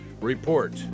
Report